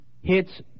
hits